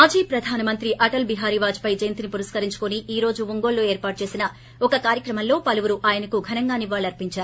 మాజీ ప్రధాన మంత్రి అటల్ బీహారీ వాజ్ పేయ్ జయంతిని పురస్కరించుకుని ఈ రోజు ఒంగోలులో ఏర్పాటు చేసిన ఒక కార్యక్రమంలో పలువురు ఆయనకు ఘనంగా నివాళులర్చిందారు